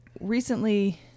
recently